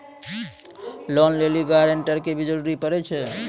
Loan लै लेली guarantor के भी जरूरी पड़ै छै?